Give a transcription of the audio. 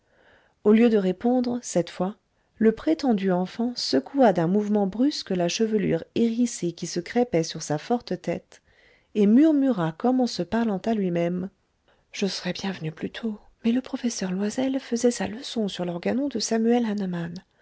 au lieu de répondre cette fois le prétendu enfant secoua d'un mouvement brusque la chevelure hérissée qui se crêpait sur sa forte tête et murmura comme en se parlante lui-même je serais bien venu plus tôt mais le professeur loysel faisait sa leçon sur l'organon de samuel